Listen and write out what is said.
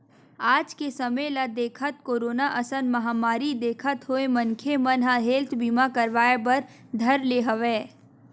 आज के समे ल देखत, कोरोना असन महामारी देखत होय मनखे मन ह हेल्थ बीमा करवाय बर धर ले हवय